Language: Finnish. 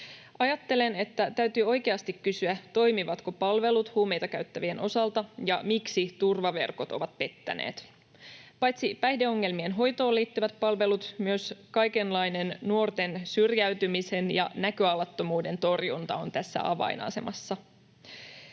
Ajattelen, että täytyy oikeasti kysyä: toimivatko palvelut huumeita käyttävien osalta, ja miksi turvaverkot ovat pettäneet? Paitsi päihdeongelmien hoitoon liittyvät palvelut myös kaikenlainen nuorten syrjäytymisen ja näköalattomuuden torjunta on tässä avainasemassa.